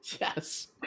Yes